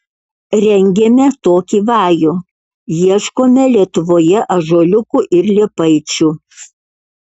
rengėme tokį vajų ieškome lietuvoje ąžuoliukų ir liepaičių